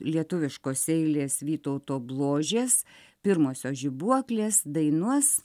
lietuviškos eilės vytauto bložės pirmosios žibuoklės dainuos